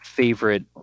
favorite